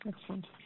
Excellent